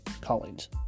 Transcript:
Collins